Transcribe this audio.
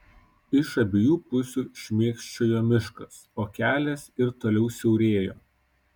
iš abiejų pusių šmėkščiojo miškas o kelias ir toliau siaurėjo